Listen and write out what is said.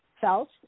Felt